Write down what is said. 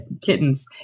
kittens